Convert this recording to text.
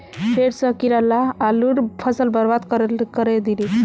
फेर स कीरा ला आलूर फसल बर्बाद करे दिले